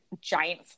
giant